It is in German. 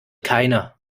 keiner